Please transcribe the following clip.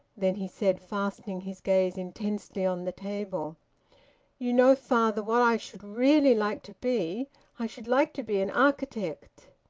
then he said, fastening his gaze intensely on the table you know, father, what i should really like to be i should like to be an architect.